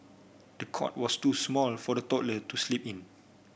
the cot was too small for the toddler to sleep in